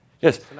Yes